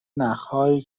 نخهایی